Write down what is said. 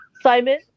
Simon